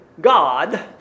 God